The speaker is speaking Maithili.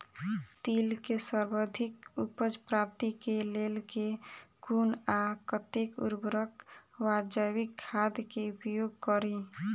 तिल केँ सर्वाधिक उपज प्राप्ति केँ लेल केँ कुन आ कतेक उर्वरक वा जैविक खाद केँ उपयोग करि?